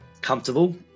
comfortable